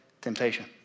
temptation